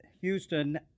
Houston